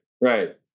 Right